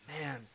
man